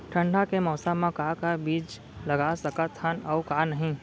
ठंडा के मौसम मा का का बीज लगा सकत हन अऊ का नही?